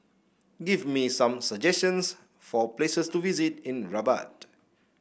give me some suggestions for places to visit in Rabat